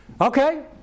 Okay